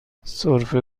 سرفه